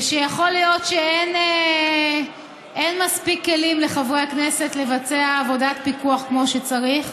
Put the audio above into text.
שיכול להיות שאין מספיק כלים לחברי הכנסת לבצע עבודת פיקוח כמו שצריך,